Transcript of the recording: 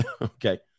Okay